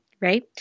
Right